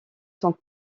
sont